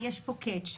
יש פה קץ',